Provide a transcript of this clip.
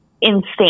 insane